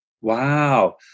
Wow